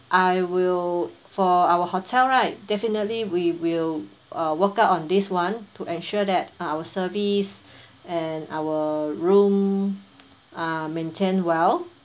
I will for our hotel right definitely we will uh work out on this one to ensure that our service and our room are maintained well